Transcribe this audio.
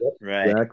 Right